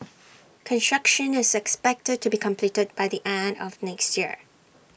construction is expected to be completed by the end of next year